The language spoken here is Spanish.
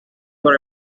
por